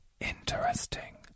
Interesting